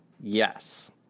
Yes